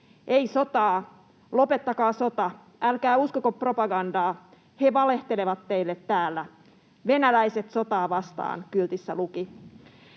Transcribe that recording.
”Ei sotaa. Lopettakaa sota, älkää uskoko propagandaa, he valehtelevat teille täällä. Venäläiset sotaa vastaan”, kyltissä luki.